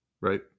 right